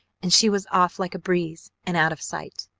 and she was off like a breeze and out of sight.